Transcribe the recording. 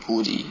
hoodie